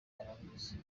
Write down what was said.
barabizi